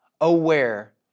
aware